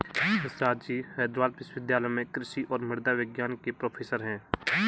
मिश्राजी हैदराबाद विश्वविद्यालय में कृषि और मृदा विज्ञान के प्रोफेसर हैं